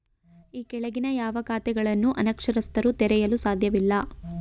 ಈ ಕೆಳಗಿನ ಯಾವ ಖಾತೆಗಳನ್ನು ಅನಕ್ಷರಸ್ಥರು ತೆರೆಯಲು ಸಾಧ್ಯವಿಲ್ಲ?